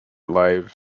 live